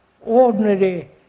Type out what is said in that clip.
ordinary